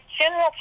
general